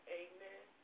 amen